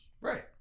Right